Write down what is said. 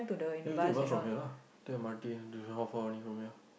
then you take bus from here lah take m_r_t how far only from here